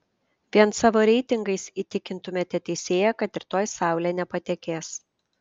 vien savo reitingais įtikintumėte teisėją kad rytoj saulė nepatekės